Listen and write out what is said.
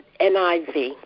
NIV